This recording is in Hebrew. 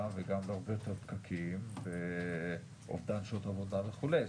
וגם להרבה יותר פקקים ואובדן שעות עבודה וכולי.